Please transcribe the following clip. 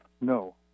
no